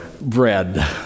bread